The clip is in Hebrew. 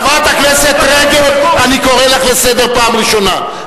חברת הכנסת זוארץ, אני קורא לך לסדר פעם ראשונה.